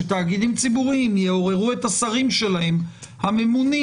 שתאגידים ציבוריים יעוררו את השרים שלהם הממונים